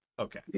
Okay